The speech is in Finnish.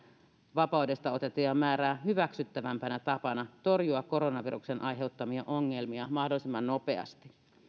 vapaudesta otettujen määrää hyväksyttävämpänä tapana torjua koronaviruksen aiheuttamia ongelmia mahdollisimman nopeasti